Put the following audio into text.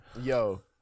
Yo